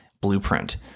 Blueprint